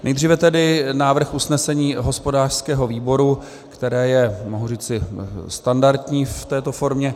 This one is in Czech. Nejdříve tedy návrh usnesení hospodářského výboru, které je, mohu říci, standardní v této formě: